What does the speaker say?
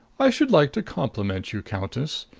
i should like to compliment you, countess.